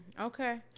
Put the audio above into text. Okay